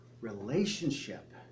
relationship